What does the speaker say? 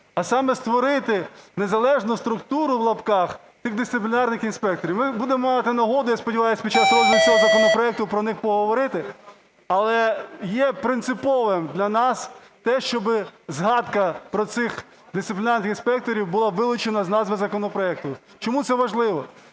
а саме створити "незалежну структуру", в лапках, тих дисциплінарних інспекторів. Ми будемо мати нагоду, я сподіваюсь, під час розгляду цього законопроекту про них поговорити. Але є принциповим для нас те, щоб згадка про цих дисциплінарних інспекторів була вилучена з назви законопроекту. Чому це важливо?